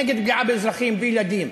היא נגד פגיעה באזרחים וילדים.